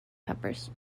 peppers